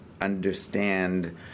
understand